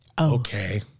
okay